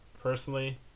personally